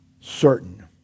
certain